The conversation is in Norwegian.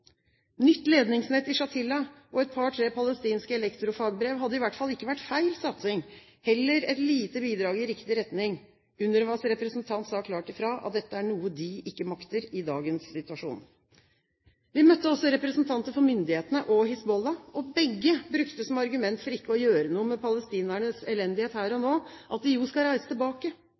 Nytt ledningsnett i Shatila og et par–tre palestinske elektrofagbrev hadde i hvert fall ikke vært feil satsing, heller et lite bidrag i riktig retning. UNRWAs representant sa klart ifra at dette er noe de ikke makter i dagens situasjon. Vi møtte også representanter for myndighetene og Hizbollah. Begge brukte som argument for ikke å gjøre noe med palestinernes elendighet her og nå at de skal reise tilbake.